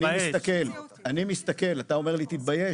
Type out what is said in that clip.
אני מסתכל, אני מסתכל, אתה אומר לי תתבייש,